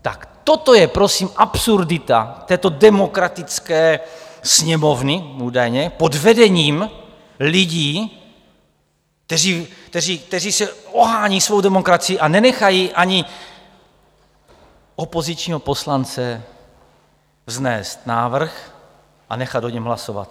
Tak toto je absurdita této demokratické Sněmovny, údajně pod vedením lidí, kteří se ohánějí svou demokracií a nenechají ani opozičního poslance vznést návrh a nechat o něm hlasovat.